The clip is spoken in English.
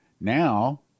now